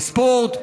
לספורט,